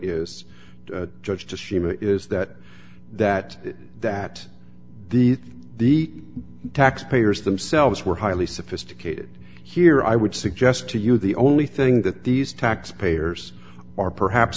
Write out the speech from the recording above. ashima is that that that the the tax payers themselves were highly sophisticated here i would suggest to you the only thing that these tax payers are perhaps